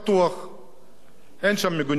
אין שם מיגוניות, אין מקלטים, אין כלום.